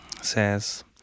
says